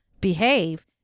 behave